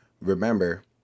remember